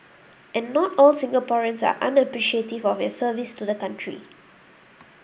and not all Singaporeans are unappreciative of your service to the country